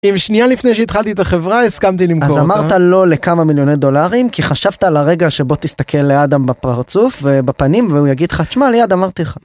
אם שנייה לפני שהתחלתי את החברה הסכמתי למכור אותה. אז אמרת לא לכמה מיליוני דולרים כי חשבת על הרגע שבו תסתכל לאדם בפרצוף ובפנים והוא יגיד לך, תשמע ליעד אמרתי לך.